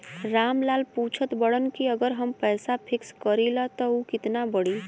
राम लाल पूछत बड़न की अगर हम पैसा फिक्स करीला त ऊ कितना बड़ी?